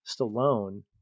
Stallone